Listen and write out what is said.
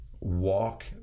walk